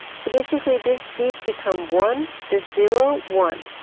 so basically this these become one, this zero one.